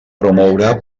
promourà